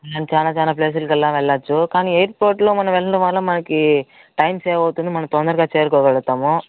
ఇలా చాలా చాలా ప్లేసులకల్ల వెళ్లచ్చు కాని ఎయిర్పోర్ట్లో మనం వెళ్ళడం వల్ల మనకి టైం సేవ్ అవుతుంది మనం తొందరగా చేరుకోగలుగుతాము